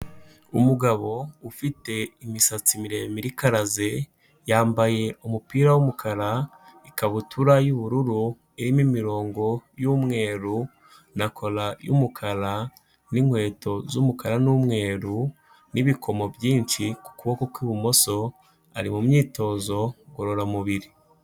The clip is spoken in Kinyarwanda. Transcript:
Umugabo ufite imisatsi miremire ikaraze, yambaye umupira w'umukara, ikabutura y'ubururu, irimo imirongo y'umweru na cola y'umukara, n'inkweto z'umukara n'umweru, n'ibikomo byinshi ku kuboko kwi'ibumoso, ari mu myitozo ngororamubiri.